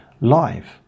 live